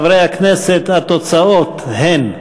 חברי הכנסת, התוצאות הן: